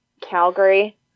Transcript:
Calgary